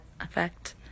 effect